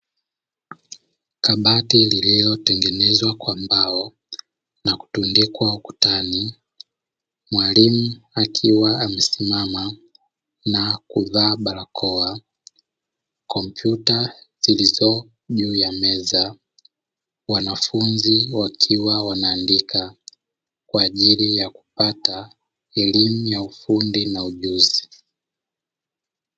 Kabati lililotengenezwa kwa mbao na kutundikwa ukutani, mwalimu akiwa amesimama na kuvaa barakoa, kompyuta ziliyopo juu ya meza, wanafunzi wakiwa wanaaandika kwa ajili ya kupata elimu ya ufundi na ujuzi.